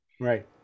Right